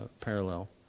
parallel